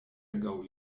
ago